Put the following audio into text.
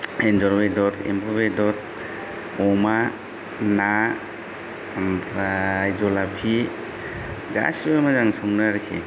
एन्जर बेदर एमबु बेदर अमा ना ओमफ्राय जुलाफि गासिबो मोजां संनो आरोखि